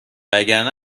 وگرنه